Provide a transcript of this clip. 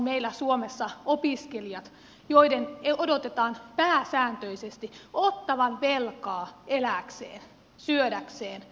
meillä suomessa ainoa ihmisjoukko jonka odotetaan pääsääntöisesti ottavan velkaa elääkseen syödäkseen ja asuakseen on opiskelijat